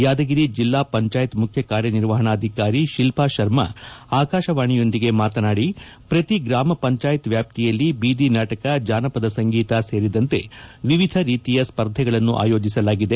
ಯಾದಗಿರಿ ಜಿಲ್ಲಾ ಪಂಚಾಯತ್ ಮುಖ್ಯ ಕಾರ್ಯನಿರ್ವಹಣಾಧಿಕಾರಿ ಶಿಲ್ಪಾ ಶರ್ಮಾ ಆಕಾಶವಾಣಿಯೊಂದಿಗೆ ಮಾತನಾಡಿ ಪ್ರತಿ ಗ್ರಾಮ ಪಂಚಾಯತ್ ವ್ಯಾಪ್ತಿಯಲ್ಲಿ ಬೀದಿ ನಾಟಕ ಜಾನಪದ ಸಂಗೀತ ಸೇರಿದಂತೆ ವಿವಿಧ ರೀತಿಯ ಸ್ಪರ್ಧೆಗಳನ್ನು ಆಯೋಜಿಸಲಾಗಿದೆ